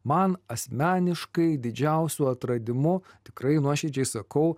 man asmeniškai didžiausiu atradimu tikrai nuoširdžiai sakau